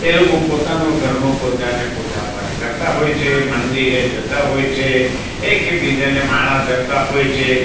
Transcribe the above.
એ લોકો પોતાનો ઘરનો પોતાને પૂજાપાઠ કરતા હોય છે મંદિરે જતા હોય છે એક બીજાને માળા જપતા હોય છે